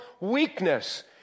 weakness